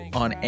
on